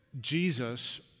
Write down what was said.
Jesus